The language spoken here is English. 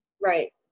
Right